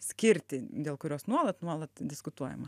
skirtį dėl kurios nuolat nuolat diskutuojama